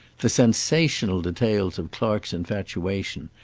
the sensational details of clark's infatuation,